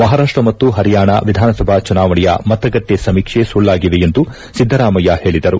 ಮಹಾರಾಷ್ಟ ಮತ್ತು ಪರಿಯಾಣ ವಿಧಾನಸಭಾ ಚುನಾವಣೆಯ ಮತಗಟ್ಟೆ ಸಮೀಕ್ಷೆ ಸುಳ್ಳಾಗಿವೆ ಎಂದು ಸಿದ್ದರಾಮಯ್ಯ ಹೇಳದರು